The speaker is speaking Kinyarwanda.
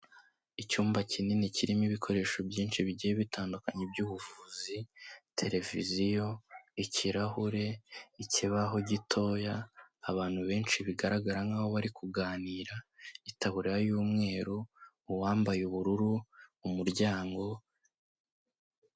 Icyumba kinini kirimo ibikoresho byinshi bigiye bitandukanye by'ubuvuzi, televiziyo, ikirahure, ikibaho gitoya, abantu benshi bigaragara nk'aho bari kuganira, itaburiya y'umweru, uwambaye ubururu, umuryango.